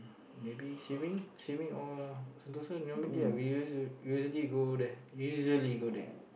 maybe swimming swimming or Sentosa normally ah we usually we usually go there usually go there